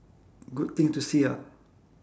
good thing to see ah